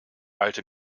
alte